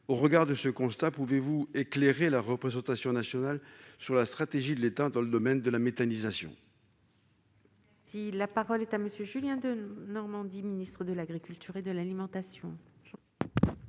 au regard de ce constat, pouvez-vous éclairer la représentation nationale sur la stratégie de l'État dans le domaine de la méthanisation.